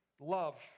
love